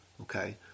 okay